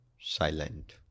silent